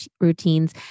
routines